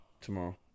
Tomorrow